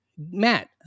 Matt